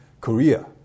Korea